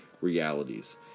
realities